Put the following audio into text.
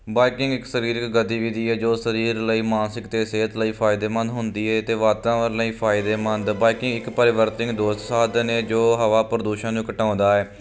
biking ਇੱਕ ਸਰੀਰਕ ਗਤੀਵਿਧੀ ਹੈ ਜੋ ਸਰੀਰ ਲਈ ਮਾਨਸਿਕ ਅਤੇ ਸਿਹਤ ਲਈ ਫਾਇਦੇਮੰਦ ਹੁੰਦੀ ਹੈ ਅਤੇ ਵਾਤਾਵਰਨ ਲਈ ਫਾਇਦੇਮੰਦ ਬਾਈਕਿੰਗ ਇੱਕ ਪਰਿਵਰਤਨ ਦੋਸਤ ਸਾਧਨ ਹੈ ਜੋ ਹਵਾ ਪ੍ਰਦੂਸ਼ਣ ਨੂੰ ਘਟਾਉਂਦਾ ਹੈ